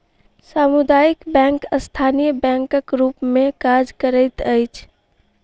सामुदायिक बैंक स्थानीय बैंकक रूप मे काज करैत अछि